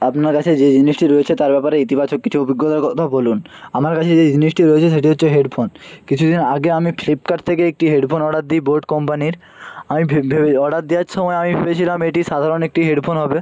আপনার কাছে যে জিনিসটি রয়েছে তার ব্যাপারে ইতিবাচক কিছু অভিজ্ঞতার কথা বলুন আমার কাছে যে জিনিসটি রয়েছে সেটি হচ্ছে হেডফোন কিছু দিন আগে আমি ফ্লিপকার্ট থেকে একটি হেডফোন অর্ডার দিই বোট কোম্পানির আমি ভেবে অর্ডার দেওয়ার সময় আমি ভেবেছিলাম এটি সাধারণ একটি হেডফোন হবে